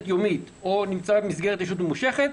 יומית או נמצא במסגרת לשהות ממושכת,